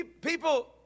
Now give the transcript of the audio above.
People